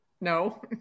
No